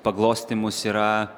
paglostymus yra